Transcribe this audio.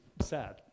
sad